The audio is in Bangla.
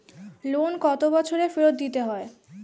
লোন কত বছরে ফেরত দিতে হয়?